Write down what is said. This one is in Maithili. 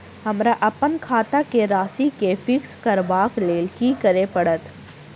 हमरा अप्पन खाता केँ राशि कऽ फिक्स करबाक लेल की करऽ पड़त?